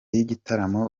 y’igitaramo